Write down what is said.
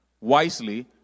wisely